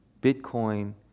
Bitcoin